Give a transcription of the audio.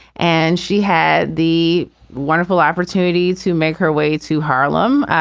and she had the wonderful opportunity to make her way to harlem,